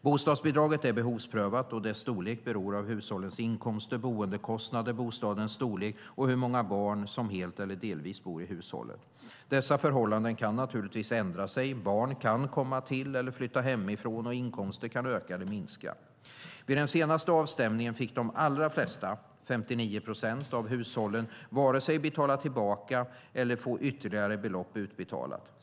Bostadsbidraget är behovsprövat, och dess storlek beror av hushållets inkomster, boendekostnaden, bostadens storlek och hur många barn som helt eller delvis bor i hushållet. Dessa förhållanden kan naturligtvis ändra sig. Barn kan komma till eller flytta hemifrån, och inkomster kan öka eller minska. Vid den senaste avstämningen fick de allra flesta hushåll, 59 procent, inte betala tillbaka, och de fick inte heller ytterligare belopp utbetalat.